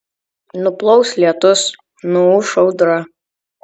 nuplaus lietus nuūš audra